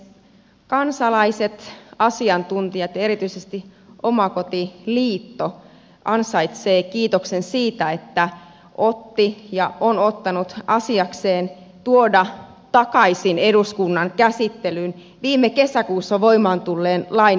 kansalaiset asiantuntijat ja erityisesti omakotiliitto ansaitsevat kiitoksen siitä että ottivat ja ovat ottaneet asiakseen tuoda takaisin eduskunnan käsittelyyn viime kesäkuussa voimaan tulleen lain energiatodistuksesta